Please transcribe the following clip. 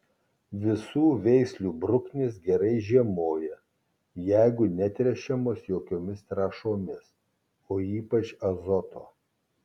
visų veislių bruknės gerai žiemoja jeigu netręšiamos jokiomis trąšomis o ypač azoto